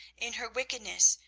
in her wickedness,